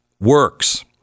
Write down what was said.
works